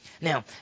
Now